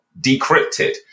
decrypted